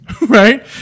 right